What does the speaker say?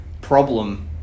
problem